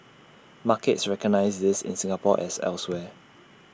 markets recognise this in Singapore as elsewhere